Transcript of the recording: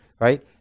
right